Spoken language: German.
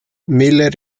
miller